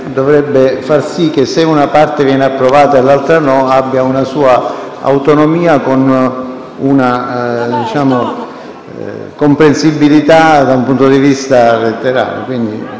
dovrebbe far sì che, se una parte viene approvata e l'altra no, abbia comunque una sua autonomia e sia comprensibile da un punto di vista letterale.